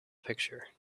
picture